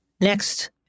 Next